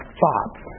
thoughts